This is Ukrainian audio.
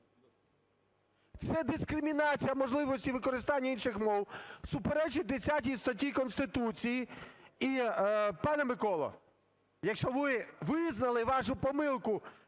Це дискримінація можливості використання інших мов, суперечить 10 статті Конституції.